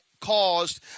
caused